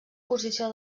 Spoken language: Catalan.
posició